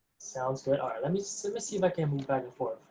sounds good, alright, let me so me see if i can move back and